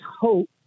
hope